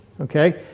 okay